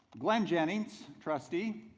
glen jennings trustee,